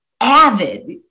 avid